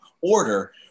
order